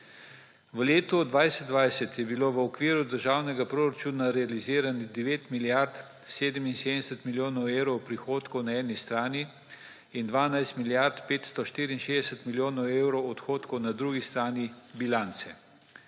V letu 2020 je bilo v okviru državnega proračuna realiziranih 9 milijard 77 milijonov evrov prihodkov na eni strani in 12 milijard 564 milijonov evrov odhodkov na drugi strani bilance.